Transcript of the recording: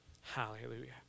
hallelujah